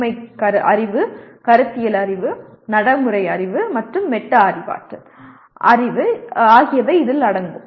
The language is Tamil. உண்மை அறிவு கருத்தியல் அறிவு நடைமுறை அறிவு மற்றும் மெட்டா அறிவாற்றல் அறிவு ஆகியவை இதில் அடங்கும்